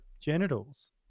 genitals